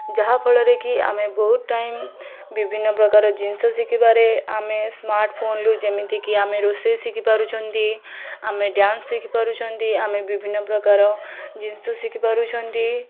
ଯାହା ଫଳରେକି ଆମେ ବହୁତ ଟାଇମ୍ ବିଭିନ୍ନପ୍ରକାର ଜିନିଷ ଶିଖିବାରେ ଆମେ ସ୍ମାର୍ଟ୍ଫୋନ୍ରୁ ଯେମିତିକି ଆମେ ରୋଷେଇ ଶଖିପାରୁଛନ୍ତି ଆମେ ଡ୍ୟାନ୍ସ୍ ଶିଖିପାରୁଛନ୍ତି ଆମେ ବିଭିନ୍ନପ୍ରକାର ଜିନିଷ ଶିଖିପାରୁଛନ୍ତି